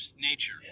nature